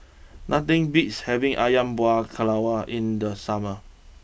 nothing beats having Ayam Buah Keluak in the summer